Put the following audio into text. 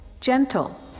gentle